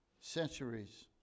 centuries